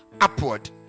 upward